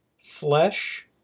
Flesh